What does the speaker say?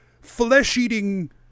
flesh-eating